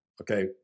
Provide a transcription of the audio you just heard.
okay